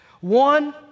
One